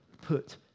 put